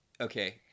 Okay